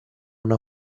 una